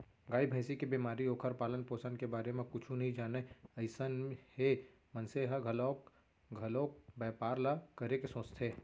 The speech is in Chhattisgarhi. गाय, भँइसी के बेमारी, ओखर पालन, पोसन के बारे म कुछु नइ जानय अइसन हे मनसे ह घलौ घलोक बैपार ल करे के सोचथे